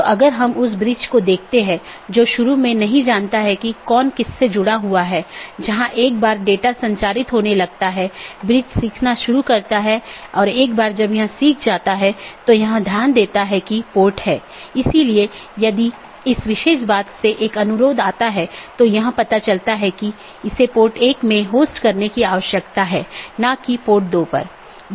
अब अगर हम BGP ट्रैफ़िक को देखते हैं तो आमतौर पर दो प्रकार के ट्रैफ़िक होते हैं एक है स्थानीय ट्रैफ़िक जोकि एक AS के भीतर ही होता है मतलब AS के भीतर ही शुरू होता है और भीतर ही समाप्त होता है